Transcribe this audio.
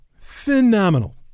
phenomenal